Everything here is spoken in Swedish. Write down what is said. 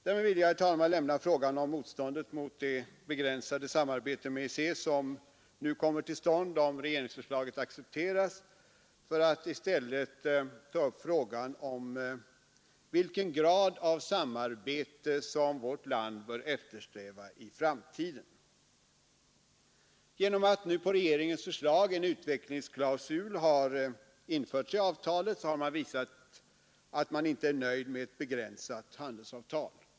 Därmed vill jag lämna frågan om motståndet också mot det begränsade samarbete med EEC, som nu kommer till stånd om regeringsförslaget accepteras, för att i stället ta upp frågan om vilken grad av samarbete som vårt land bör eftersträva i framtiden. Genom att nu på regeringens förslag en utvecklingsklausul införts i avtalet har man visat att man inte är nöjd med ett begränsat handelsavtal.